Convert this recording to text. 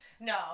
no